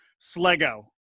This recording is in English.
Slego